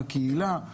הקהילה,